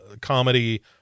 comedy